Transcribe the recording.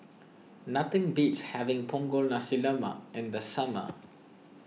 nothing beats having Punggol Nasi Lemak in the summer